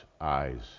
eyes